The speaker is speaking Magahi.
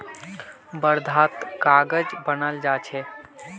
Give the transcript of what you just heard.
वर्धात कागज बनाल जा छे